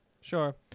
Sure